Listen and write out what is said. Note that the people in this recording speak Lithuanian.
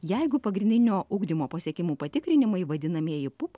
jeigu pagrindinio ugdymo pasiekimų patikrinimai vadinamieji pup